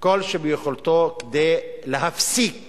כל שביכולתו כדי להפסיק